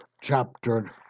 chapter